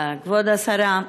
כבוד השרה,